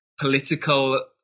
Political